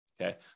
Okay